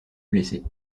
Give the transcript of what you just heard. blessés